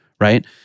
right